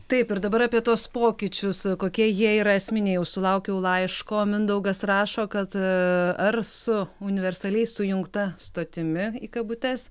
taip ir dabar apie tuos pokyčius kokie jie yra esminiai jau sulaukiau laiško mindaugas rašo kad ar su universaliai sujungta stotimi į kabutes